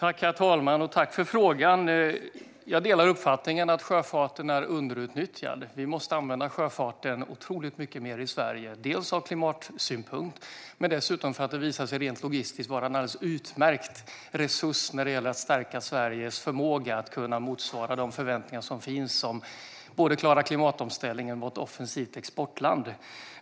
Herr talman! Jag tackar för frågan. Jag delar uppfattningen att sjöfarten är underutnyttjad. Vi måste använda sjöfarten otroligt mycket mer i Sverige, dels av klimatskäl, dels för att det rent logistiskt visar sig vara en alldeles utmärkt resurs när det gäller att stärka Sveriges förmåga att motsvara de förväntningar som finns. Det handlar både om att klara klimatomställningen och om att vara ett offensivt exportland.